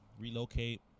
relocate